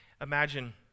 Imagine